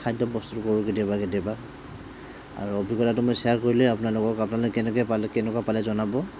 খাদ্য প্ৰস্তুত কৰোঁ কেতিয়াবা কেতিয়াবা আৰু অভিজ্ঞতাটো মই শ্বেয়াৰ কৰিলোৱেই আপোনালোকক লগত আপোনালোকে কেনেকে পালে কেনেকুৱা পালে জনাব